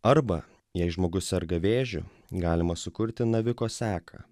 arba jei žmogus serga vėžiu galima sukurti naviko seką